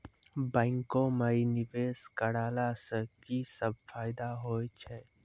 बैंको माई निवेश कराला से की सब फ़ायदा हो छै?